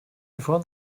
before